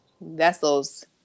vessels